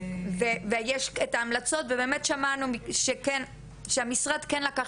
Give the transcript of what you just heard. יש לנו את ההמלצות ובאמת שמענו שהמשרד שלכם כן לקח